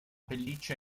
pelliccia